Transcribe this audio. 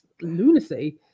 lunacy